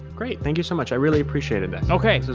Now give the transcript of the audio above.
great. thank you so much. i really appreciated this. okay. this is